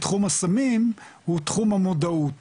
בתחום הסמים הוא תחום המודעות